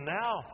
now